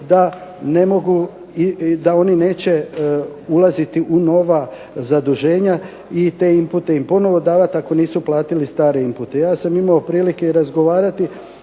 da oni neće ulaziti u nova zaduženja i te inpute im ponovno davati ako nisu platili stare inpute. Ja sam imao prilike razgovarati